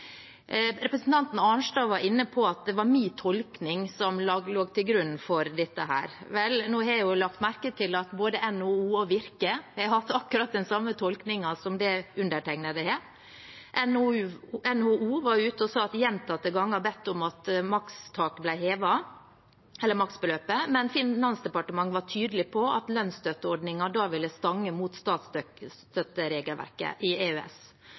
Representanten Arnstad var inne på at det var min tolkning som lå til grunn for dette. Vel, nå har jeg lagt merke til at både NHO og Virke har hatt akkurat den samme tolkningen som den undertegnede har. NHO har gjentatte ganger vært ute og bedt om at maksbeløpet blir hevet, men Finansdepartementet var tydelig på at lønnsstøtteordningen da ville stange mot statsstøtteregelverket i EØS,